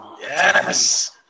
yes